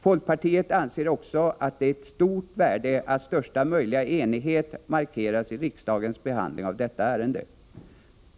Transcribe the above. Folkpartiet anser också att det är av stort värde att största möjliga enighet markeras i riksdagens behandling av detta ärende.